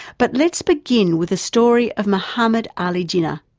but let's begin with a story of mohammad ali jinnah,